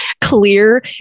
clear